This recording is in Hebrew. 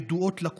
הידועות לקופה,